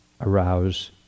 arouse